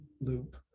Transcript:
loop